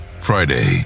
Friday